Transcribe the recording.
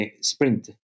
sprint